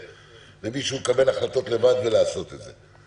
למישהו לקבל החלטות לבד ולעשות את זה.